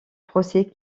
procès